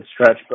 stretch